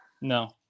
No